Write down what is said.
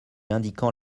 indiquant